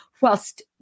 whilst